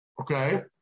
Okay